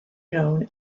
known